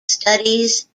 studies